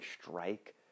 strike